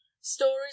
Stories